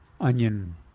onion